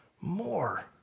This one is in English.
more